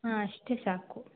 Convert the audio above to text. ಹಾಂ ಅಷ್ಟೇ ಸಾಕು